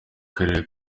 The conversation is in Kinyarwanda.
karere